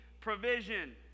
provision